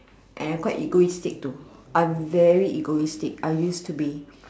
and I quite egoistic to I am very egoistic I use to be